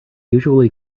usually